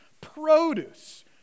produce